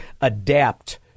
adapt